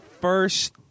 first